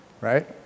right